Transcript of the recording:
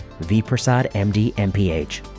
vprasadmdmph